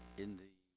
in the